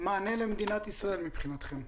וזה נותן מענה למדינת ישראל מבחינתכם?